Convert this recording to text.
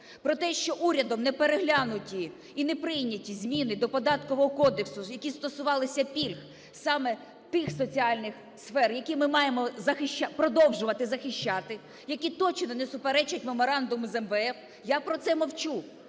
про те, що урядом не переглянуті і не прийняті зміни до Податкового кодексу, які стосувалися пільг саме тих соціальних сфер, які ми маємо продовжувати захищати, які точно не суперечать меморандуму з МВФ. Я про це мовчу.